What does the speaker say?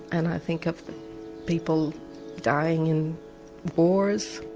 and i think of the people dying in wars.